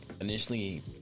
initially